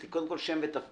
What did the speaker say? קודם כול תאמרי שם ותפקיד.